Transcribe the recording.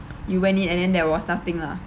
you went in and then there was nothing lah